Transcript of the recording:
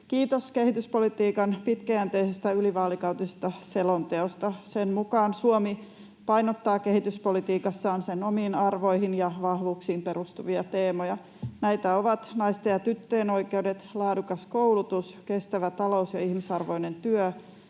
Kiitos kehityspolitiikan pitkäjänteisestä ylivaalikautisesta selonteosta. Sen mukaan Suomi painottaa kehityspolitiikassaan sen omiin arvoihin ja vahvuuksiin perustuvia teemoja. Näitä ovat naisten ja tyttöjen oikeudet, laadukas koulutus, kestävä talous ja ihmisarvoinen työ,